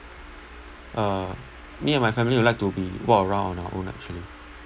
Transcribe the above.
uh me and my family would like to be walk around on our own actually